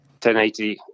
1080